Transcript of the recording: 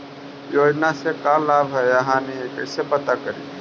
योजना से का लाभ है या हानि कैसे पता करी?